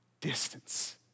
distance